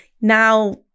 now